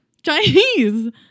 Chinese